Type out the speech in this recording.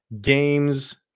games